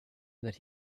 that